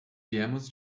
viemos